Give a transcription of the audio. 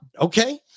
Okay